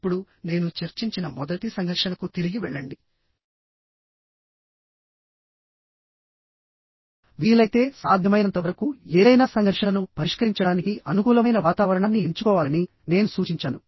ఇప్పుడు నేను చర్చించిన మొదటి సంఘర్షణకు తిరిగి వెళ్ళండి వీలైతే సాధ్యమైనంత వరకు ఏదైనా సంఘర్షణను పరిష్కరించడానికి అనుకూలమైన వాతావరణాన్ని ఎంచుకోవాలని నేను సూచించాను